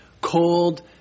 cold